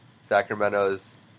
Sacramento's